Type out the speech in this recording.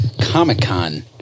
Comic-Con